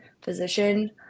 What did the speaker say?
physician